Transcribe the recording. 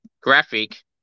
graphic